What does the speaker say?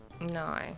No